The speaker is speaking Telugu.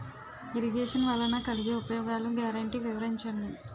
ఇరగేషన్ వలన కలిగే ఉపయోగాలు గ్యారంటీ వివరించండి?